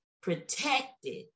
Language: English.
protected